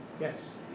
Yes